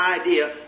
idea